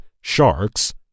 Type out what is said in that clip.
sharks